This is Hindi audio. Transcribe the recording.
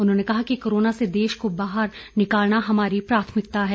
उन्होंने कहा कि कोरोना से देश को बाहर निकालना हमारी प्राथमिकता है